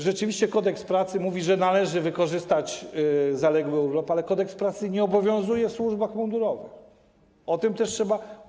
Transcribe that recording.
Rzeczywiście Kodeks pracy mówi, że należy wykorzystać zaległy urlop, ale Kodeks pracy nie obwiązuje w służbach mundurowych, o tym też trzeba powiedzieć.